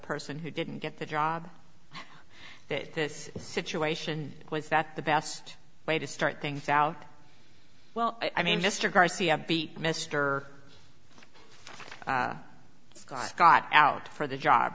person who didn't get the job that this situation was that the best way to start things out well i mean mr garcia beat mister scott got out for the job